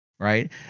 Right